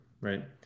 right